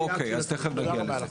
תודה.